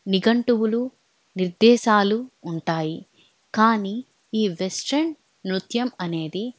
నిఘంటువులు నిర్దేశాలు ఉంటాయి కానీ ఈ వెస్ట్రన్ నృత్యం అనేది